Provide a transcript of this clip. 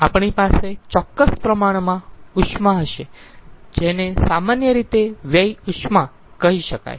આપણી પાસે ચોક્કસ પ્રમાણમાં ઉષ્મા હશે જેને સામાન્ય રીતે વ્યય ઉષ્મા કહી શકાય